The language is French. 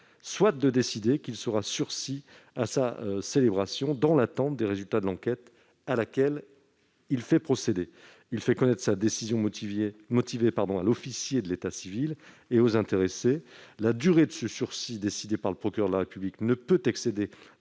soit de décider qu'il sera sursis à sa célébration dans l'attente des résultats de l'enquête à laquelle il fait procéder. Il fait connaître sa décision motivée à l'officier d'état civil et aux intéressés. La durée du sursis décidé par le procureur de la République ne peut excéder